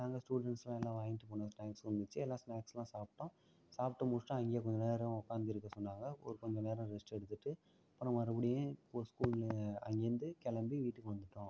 நாங்கள் ஸ்டூடண்ட்ஸ்லாம் எல்லாம் வாங்கிட்டு போன ஸ்நாக்ஸ் இருந்துச்சு எல்லாம் ஸ்நாக்ஸ்லாம் சாப்பிட்டோம் சாப்பிட்டு முடிச்சிட்டு அங்கே கொஞ்ச நேரம் உட்காந்துருக்க சொன்னாங்கள் ஒரு கொஞ்ச நேரம் ரெஸ்ட் எடுத்துட்டு அப்புறம் மறுபடியும் ஒரு ஸ்கூலு அங்கேருந்து கிளம்பி வீட்டுக்கு வந்துட்டோம்